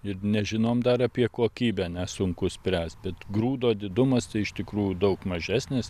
ir nežinom dar apie kokybę nes sunku spręst bet grūdo didumas tai iš tikrųjų daug mažesnis